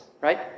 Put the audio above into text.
right